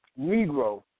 Negro